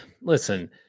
listen